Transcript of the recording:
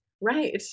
Right